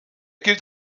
gilt